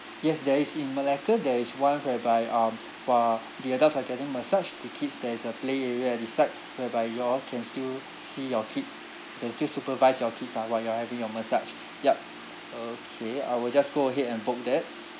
yes there is in malacca there is one whereby um while the adults are getting massage the kids there is a play area at the side whereby you all can still see your kid can still supervise your kids ah while you are having your massage yup okay I will just go ahead and book that